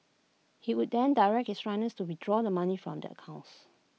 he would then direct his runners to withdraw the money from the accounts